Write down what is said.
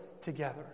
together